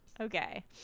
Okay